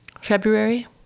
February